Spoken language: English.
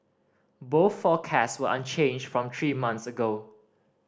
both forecast were unchanged from three months ago